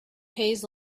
pays